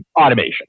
automation